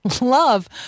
love